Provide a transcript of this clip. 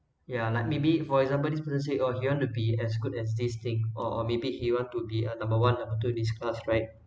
ya like maybe for example this person says oh he want to be as good as this thing or or maybe he want to be a number one number two in class right